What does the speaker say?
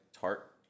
tart